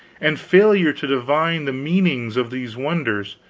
and failure to divine the meanings of these wonders,